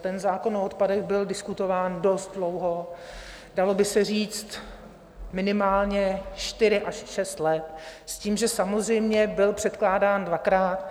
Ten zákon o odpadech byl diskutován dost dlouho, dalo by se říct, minimálně čtyři a až šest let s tím, že samozřejmě byl předkládán dvakrát.